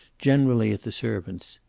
generally at the servants.